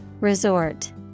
Resort